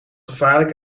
gevaarlijk